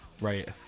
Right